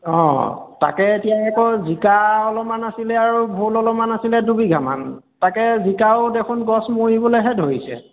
অঁ তাকে এতিয়া আকৌ জিকা অলপমান আছিলে আৰু ভোল অলপমান আছিলে দুবিঘামান তাকে জিকাও দেখোন গছ মৰিবলৈহে ধৰিছে